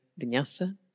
Vinyasa